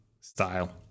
style